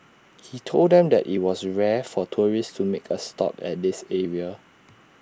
he told them that IT was rare for tourists to make A stop at this area